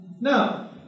Now